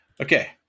Okay